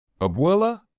Abuela